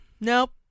Nope